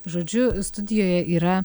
žodžiu studijoje yra